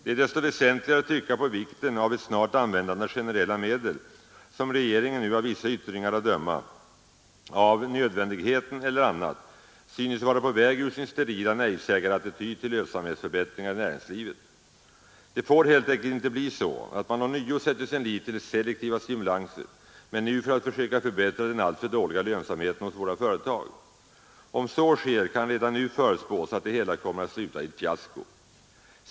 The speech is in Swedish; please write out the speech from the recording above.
Det är desto väsentligare att trycka på vikten av ett snart användande av generella medel som regeringen nu av vissa yttringar att döma — av nödvändighet eller annat — synes vara på väg ur sin sterila nejsägarattityd till lönsamhetsförbättringar i näringslivet. Det får helt enkelt icke bli så att man ånyo sätter sin lit till selektiva stimulanser, men nu för att försöka förbättra den alltför dåliga lönsamheten hos våra företag. Om så sker kan redan nu förutspås att det hela kommer att sluta i ett fiasko.